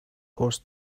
horse